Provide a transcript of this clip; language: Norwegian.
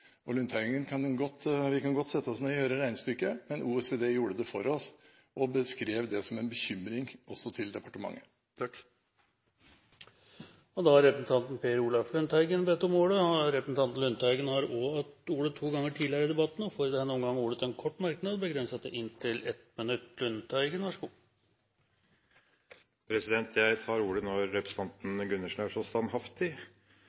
Til Lundteigen: Vi kan godt sette oss ned og gjøre regnestykket, men OECD gjorde det for oss og beskrev det som en bekymring også til departementet. Representanten Per Olaf Lundteigen har hatt ordet to ganger tidligere og får ordet til en kort merknad, begrenset til 1 minutt. Jeg tar ordet når